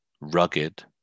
rugged